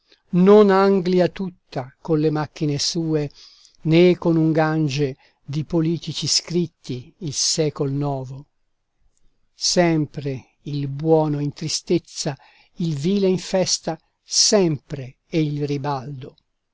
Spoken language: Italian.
non anglia tutta con le macchine sue né con un gange di politici scritti il secol novo sempre il buono in tristezza il vile in festa sempre e il ribaldo